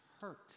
hurt